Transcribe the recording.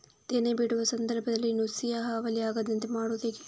ತೆನೆ ಬಿಡುವ ಸಂದರ್ಭದಲ್ಲಿ ನುಸಿಯ ಹಾವಳಿ ಆಗದಂತೆ ಮಾಡುವುದು ಹೇಗೆ?